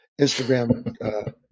Instagram